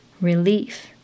relief